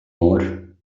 more